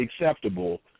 acceptable